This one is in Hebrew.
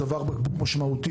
זה צוואר בקבוק משמעותי,